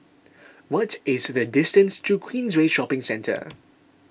what is the distance to Queensway Shopping Centre